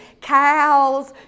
cows